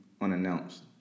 unannounced